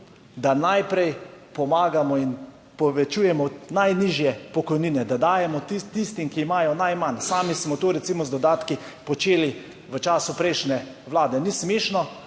da najprej pomagamo in povečujemo najnižje pokojnine, da dajemo tistim, ki imajo najmanj. Sami smo to, recimo z dodatki počeli, v času prejšnje vlade ni smešno,